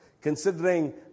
considering